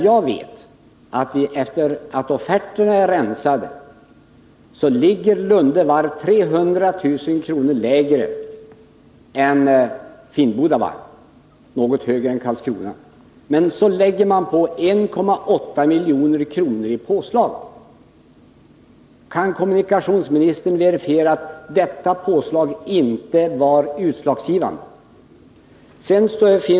Jag vet att efter det att offerterna var rensade, kunde man konstatera att Lunde Varv ligger 300 000 kr. lägre än Finnboda Varf, och något högre än Karlskrona. Men till detta lägger man 1,8 milj.kr. i påslag. Kan kommunikationsministern verifiera att detta påslag inte var utslagsgivande?